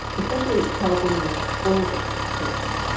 especially california's oldest prison.